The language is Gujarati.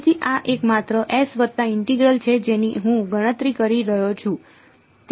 તેથી આ એક માત્ર s વત્તા ઇન્ટિગ્રલ છે જેની હું ગણતરી કરી રહ્યો છું